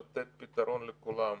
לתת פתרון לכולם.